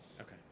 Okay